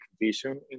vision